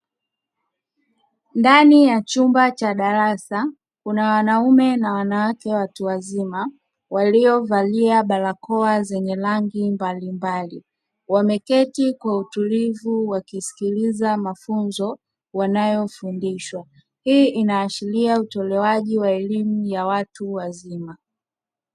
Ndani ya chumba cha darasa kuna wanaume na wanawake watu wazima, waliovalia barakoa zenye rangi mbalimbali, wameketi kwa utulivu wakisikiliza mafunzo wanayofundishwa, hii inaashiria utolewaji wa elimu ya watu wazima.